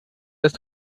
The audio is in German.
dass